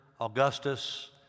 Augustus